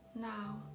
now